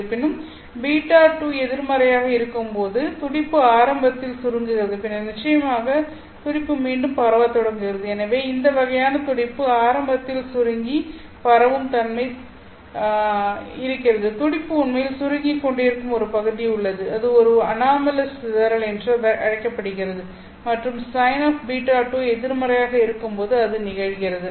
இருப்பினும் ß2 எதிர்மறையாக இருக்கும்போது துடிப்பு ஆரம்பத்தில் சுருங்குகிறது பின்னர் நிச்சயமாக துடிப்பு மீண்டும் பரவத் தொடங்குகிறது எனவே இந்த வகையான துடிப்பு ஆரம்பத்தில் சுருங்கி பரவும் தன்மை துடிப்பு உண்மையில் சுருங்கிக்கொண்டிருக்கும் ஒரு பகுதி உள்ளது அது ஒரு அனாமலஸ் சிதறல் என்று அழைக்கப்படுகிறது மற்றும் sinß2 எதிர்மறையாக இருக்கும்போது அது நிகழ்கிறது